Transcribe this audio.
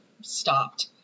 stopped